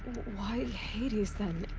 like hades then?